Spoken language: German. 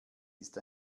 ist